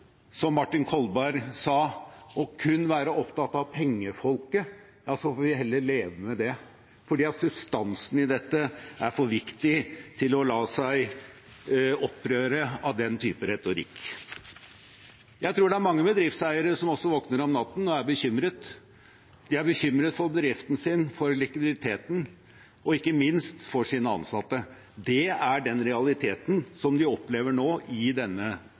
som Martin Kolberg sa, kun å være opptatt av pengefolket, får vi heller leve med det, for substansen i dette er for viktig til å la seg opprøre av den type retorikk. Jeg tror det er mange bedriftseiere som våkner om natten og er bekymret. De er bekymret for bedriften sin, for likviditeten og ikke minst for sine ansatte. Det er den realiteten de opplever nå i denne